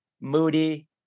Moody